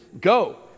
go